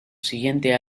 siguiente